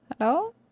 Hello